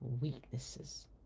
weaknesses